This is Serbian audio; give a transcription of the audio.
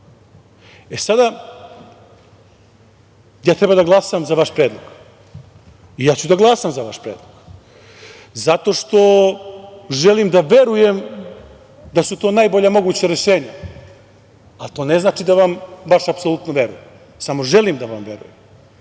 platu. Sada, ja treba da glasam za vaš predlog, ja ću i da glasam za vaš predlog, zato što želim da verujem da su to najbolja moguća rešenja, a to ne znači da vam baš apsolutno verujem. Samo želim da vam verujem.Zašto